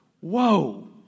Whoa